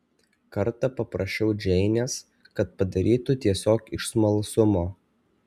kartą paprašiau džeinės kad padarytų tiesiog iš smalsumo